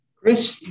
Chris